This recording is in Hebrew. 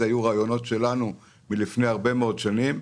אלה היו רעיונות שלנו מלפני הרבה מאוד שנים,